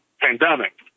pandemic